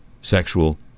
sexual